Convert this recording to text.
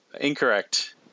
incorrect